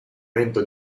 vento